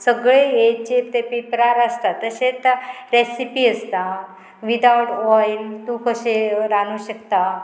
सगळे हे जे ते पेपरार आसता तशेंच रेसिपी आसता विदाउट ऑयल तूं कशें रानू शकता